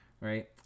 right